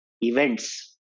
events